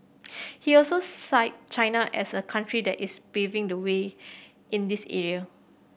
he also cite China as a country that is paving the way in this area